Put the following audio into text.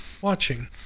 watching